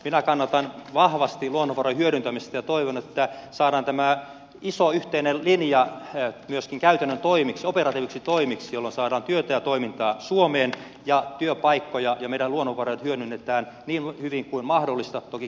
minä kannatan vahvasti luonnonvarojen hyödyntämistä ja toivon että saadaan tämä iso yhteinen linja myöskin käytännön toimiksi operatiivisiksi toimiksi jolloin saadaan työtä ja toimintaa ja työpaikkoja suomeen ja meidän luonnonvaramme hyödynnetään niin hyvin kuin mahdollista toki kestävyysperiaatteitten mukaisesti